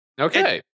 okay